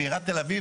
ועירית תל אביב